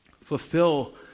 fulfill